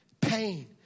pain